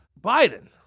Biden